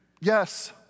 Yes